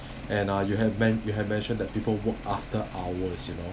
and uh you have men~ you had mentioned that people work after hours you know